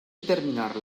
determinar